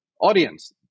audience